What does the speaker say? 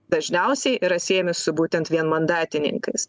dažniausiai yra siejami su būtent vienmandatininkais